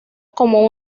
como